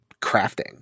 crafting